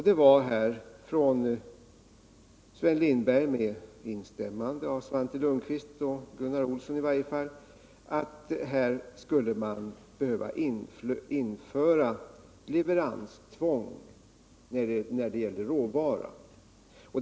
Det kom från Sven Lindberg med instämmande av Svante Lundkvist och Gunnar Olsson och innebar att man här skulle behöva införa leveranstvång när det gällde råvaran.